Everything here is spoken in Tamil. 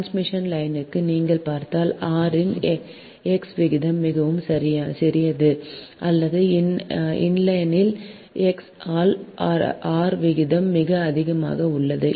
டிரான்ஸ்மிஷன் லைனுக்கு நீங்கள் பார்த்தால் r இன் x விகிதம் மிகவும் சிறியது அல்லது இல்லையெனில் x ஆல் r விகிதம் மிக அதிகமாக உள்ளது